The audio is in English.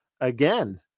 Again